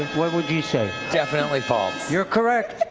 what would you say? definitely false. you're correct.